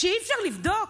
שאי-אפשר לבדוק?